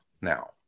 Now